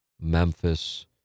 Memphis